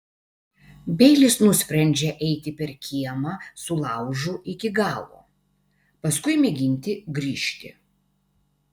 beilis nusprendžia eiti per kiemą su laužu iki galo paskui mėginti grįžti